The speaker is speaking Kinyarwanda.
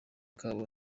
kabo